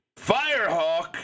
Firehawk